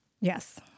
Yes